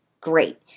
Great